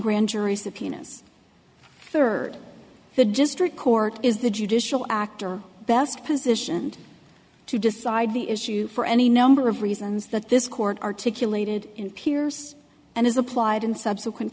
grand jury subpoenas third the district court is the judicial actor best positioned to decide the issue for any number of reasons that this court articulated in peers and is applied in subsequent